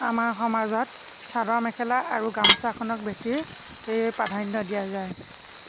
আমাৰ সমাজত চাদৰ মেখেলা আৰু গামোচাখনক বেছি প্ৰাধান্য দিয়া যায়